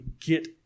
get